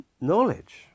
Knowledge